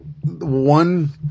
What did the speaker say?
one